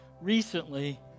recently